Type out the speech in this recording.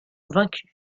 vaincus